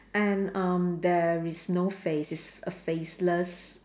and um there is no face it's a faceless